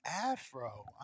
afro